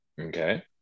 Okay